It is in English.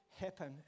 happen